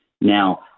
Now